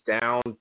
down